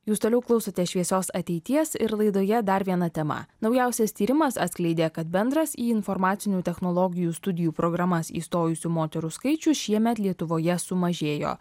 jūs toliau klausote šviesios ateities ir laidoje dar viena tema naujausias tyrimas atskleidė kad bendras į informacinių technologijų studijų programas įstojusių moterų skaičius šiemet lietuvoje sumažėjo